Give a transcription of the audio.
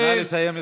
נא לסיים,